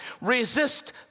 Resist